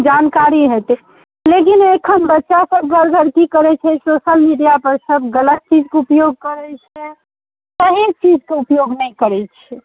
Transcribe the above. जानकारी होयतै लेकिन एखन बच्चासब गड़बड़ की करैत छै सोशल मिडिआ पर सब गलत चीजके ऊपयोग करैत छै सही चीजके ऊपयोग नहि करैत छै